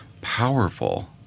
powerful